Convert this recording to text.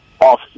off